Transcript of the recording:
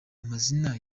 amazina